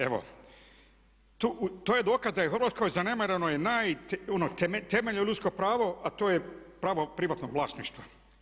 Evo to je dokaz da je u Hrvatskoj zanemareno temeljno ljudsko pravo a to je pravo privatnog vlasništva.